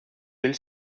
del